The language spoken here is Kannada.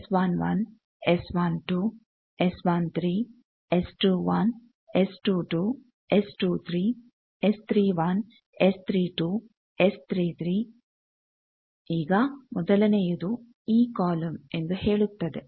ಈಗ ಮೊದಲನೆಯದು ಈ ಕಾಲಮ್ ಎಂದು ಹೇಳುತ್ತದೆ